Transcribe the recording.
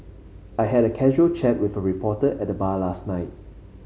I had a casual chat with a reporter at the bar last night